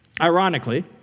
Ironically